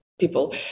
People